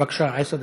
בבקשה, עשר דקות.